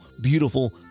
beautiful